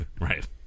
right